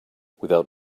without